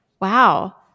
wow